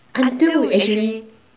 until we actually